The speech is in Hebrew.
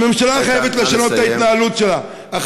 הממשלה חייבת לשנות את ההתנהלות שלה, נא לסיים.